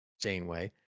Janeway